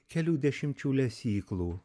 kelių dešimčių lesyklų